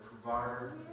Provider